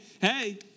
hey